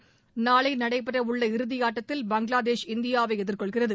் நாளை நடைபெறவுள்ள இறுதி ஆட்டத்தில் பங்களாதேஷ் இந்தியாவை எதிர்கொள்கிறது